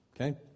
okay